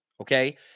okay